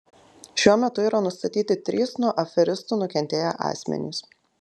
šiuo metu yra nustatyti trys nuo aferistų nukentėję asmenys